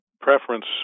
preference